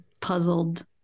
puzzled